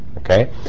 Okay